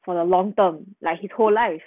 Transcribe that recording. for the long term like he told life